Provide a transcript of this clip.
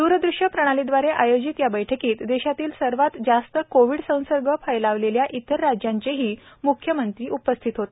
द्रदृश्य प्रणालीद्वारे आयोजित या बैठकीत देशातील सर्वात जास्त कोविड संसर्ग फैलावलेल्या इतर राज्यांचेही मुख्यमंत्री होते